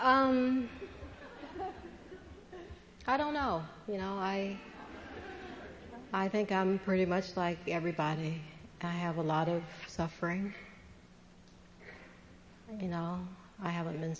i don't know you know i i think i'm pretty much like everybody i have a lot of suffering and you know i haven't been